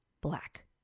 black